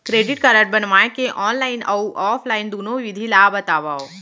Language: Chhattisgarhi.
क्रेडिट कारड बनवाए के ऑनलाइन अऊ ऑफलाइन दुनो विधि ला बतावव?